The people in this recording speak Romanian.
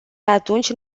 atunci